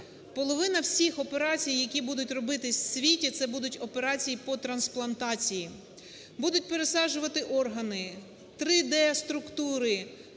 половина всіх операцій, які будуть робитися в світі – це будуть операції по трансплантації. Будуть пересаджувати органи 3D-структури,